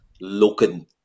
looking